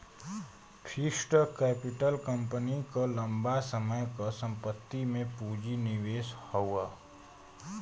fixed capital company क लंबा समय क संपत्ति में पूंजी निवेश हौ